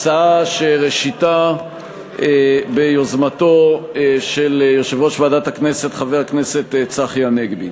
הצעה שראשיתה ביוזמתו של יושב-ראש ועדת הכנסת חבר הכנסת צחי הנגבי.